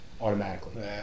automatically